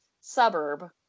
Suburb